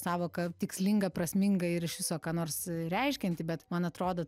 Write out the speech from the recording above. sąvoka tikslinga prasminga ir iš viso ką nors reiškianti bet man atrodo